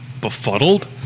befuddled